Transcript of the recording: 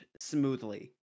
smoothly